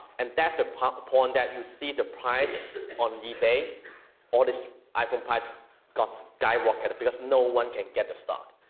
and that's the point the point that you see the price on ebay all these iphone prices go skyrocket, because no one can get a stock.